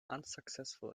unsuccessful